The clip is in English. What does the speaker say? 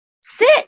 sit